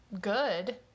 good